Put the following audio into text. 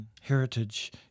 heritage